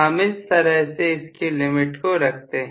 हम इस तरह से इसकी लिमिट को रखते हैं